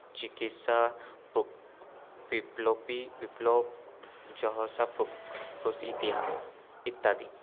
চিকিৎসা বিপ্লবী বিপ্লব ইত্যাদি